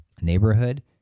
neighborhood